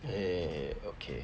eh okay